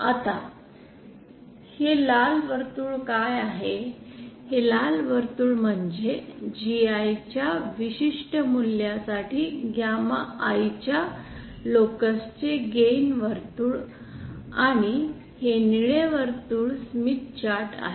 आता हे लाल वर्तुळ काय आहेत हे लाल वर्तुळ म्हणजे GI च्या विशिष्ट मूल्यासाठी गॅमा I च्या लोकस चे गेन वर्तुळ आणि हे निळे वर्तुळ स्मिथ चार्ट आहे